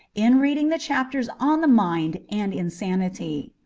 in reading the chapters on the mind and insanity.